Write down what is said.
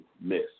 miss